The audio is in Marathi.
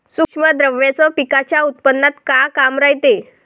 सूक्ष्म द्रव्याचं पिकाच्या उत्पन्नात का काम रायते?